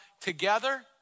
together